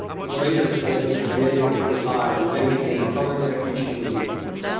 which later expanded to the committee of twenty five and then became the colored refugee relief board.